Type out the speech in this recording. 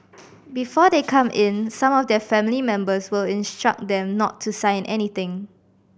before they come in some of their family members will instruct them not to sign anything